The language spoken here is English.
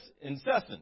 incessant